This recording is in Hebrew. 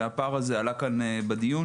והפער הזה עלה כאן בדיון.